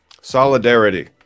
solidarity